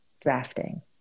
drafting